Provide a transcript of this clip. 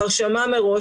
ההרשמה מראש.